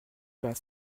pas